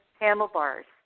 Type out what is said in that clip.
handlebars